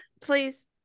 Please